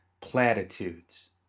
platitudes